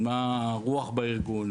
הארגון, מה הרוח בארגון,